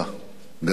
גם מיריבים פוליטיים.